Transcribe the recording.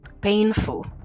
painful